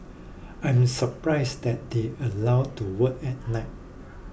I'm surprised that they allowed to work at night